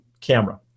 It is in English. camera